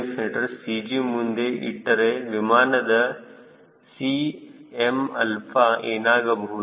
c CG ಮುಂದೆ ಇಟ್ಟರೆ ವಿಮಾನದ Cmα ಏನಾಗಬಹುದು